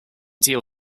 deal